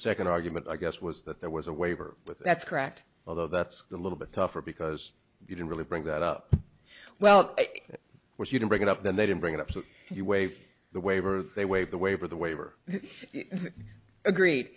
second argument i guess was that there was a waiver but that's correct although that's a little bit tougher because you didn't really bring that up well it was you don't bring it up then they didn't bring it up so you waive the waiver they waive the waiver the waiver agreed